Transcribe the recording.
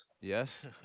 Yes